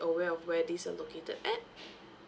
aware of where these are located at